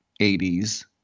80s